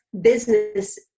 Business